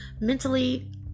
mentally